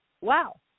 wow